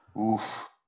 Oof